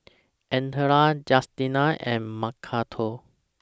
Ardella Justina and Macarthur